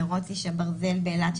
מרוץ איש הברזל באילת,